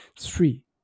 three